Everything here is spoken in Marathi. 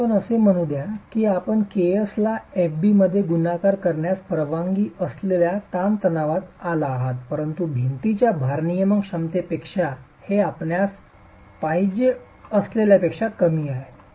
आता आपण असे म्हणू द्या की आपण Ks ला fb मध्ये गुणाकार करण्यास परवानगी असलेल्या ताणतणावात आला आहात परंतु भिंतीच्या भारनियमन क्षमतेपेक्षा हे आपल्यास पाहिजे असलेल्यापेक्षा कमी आहे